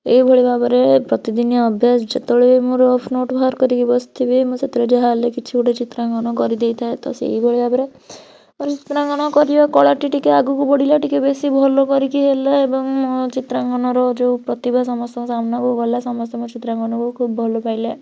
ଏହିଭଳି ଭାବରେ ପ୍ରତିଦିନିଆ ଅଭ୍ୟାସ ଯେତେବେଳେ ବି ମୋର ରଫ୍ ନୋଟ୍ ବାହର କରିକି ବସିଥିବି ମୁଁ ସେତେବେଳେ ଯାହା ହେଲେ ବି କିଛି ଗୋଟେ ଚିତ୍ରାଙ୍କନ କରିଦେଇଥାଏ ତ ସେହିଭଳି ଭାବରେ ଚିତ୍ରାଙ୍କନ କରିବା କଳାଟି ଆଗକୁ ବଢ଼ିଲା ଟିକିଏ ବେଶି ଭଲ କରିକି ହେଲା ଏବଂ ମୋ ଚିତ୍ରାଙ୍କନର ଯେଉଁ ପ୍ରତିଭା ସମସ୍ତଙ୍କ ସାମ୍ନାକୁ ଗଲା ସମସ୍ତେ ମୋ ଚିତ୍ରାଙ୍କନକୁ ଖୁବ୍ ଭଲପାଇଲେ